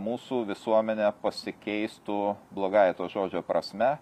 mūsų visuomenė pasikeistų blogąja to žodžio prasme